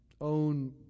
own